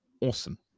awesome